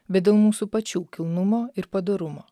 bet dėl mūsų pačių kilnumo ir padorumo